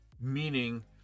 meaning